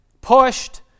pushed